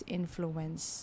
influence